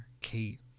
Kate